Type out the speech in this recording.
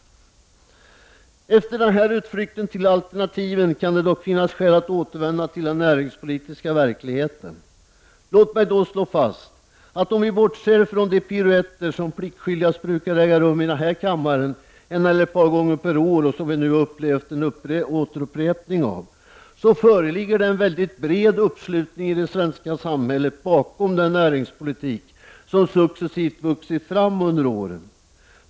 Efter denna utflykt till alternativen kan det dock finnas skäl att återvända till den näringspolitiska verkligheten. Låt mig då slå fast att, om vi bortser från de piruetter som pliktskyldigast brukar äga rum i den här kammaren en eller ett par gånger per år och som vi nu har upplevt en återupprepning av, det föreligger en väldigt bred uppslutning i det svenska samhället bakom den näringspolitik som successivt vuxit fram under åren.